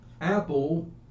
Apple